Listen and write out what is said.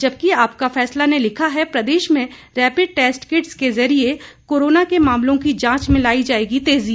जबकि आपका फैसला ने लिखा है प्रदेश में रेपिड टेस्ट किट्स के जरिये कोरोना के मामलों की जांच में लाई जाएगी तेजी